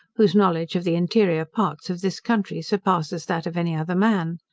whose knowledge of the interior parts of this country surpasses that of any other man.